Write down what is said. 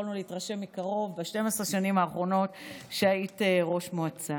יכולנו להתרשם מזה מקרוב ב-12 השנים האחרונות שהיית ראש מועצה.